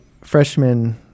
freshman